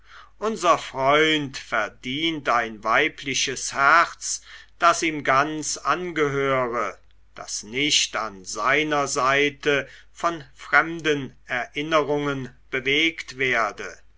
unser freund verdient ein weibliches herz das ihm ganz angehöre das nicht an seiner seite von fremden erinnerungen bewegt werde